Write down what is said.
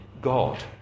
God